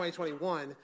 2021